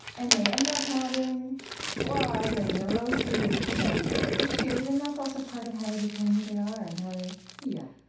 and they end up having flaws and neuroses and their issues, and that's also part of how they become who they are, and how they yeah,